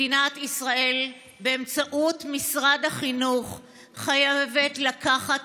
מדינת ישראל באמצעות משרד החינוך חייבת לקחת